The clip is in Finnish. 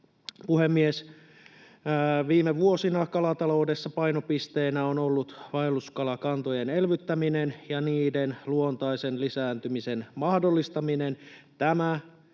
Puhemies! Viime vuosina kalataloudessa painopisteenä on ollut vaelluskalakantojen elvyttäminen ja niiden luontaisen lisääntymisen mahdollistaminen.